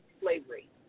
slavery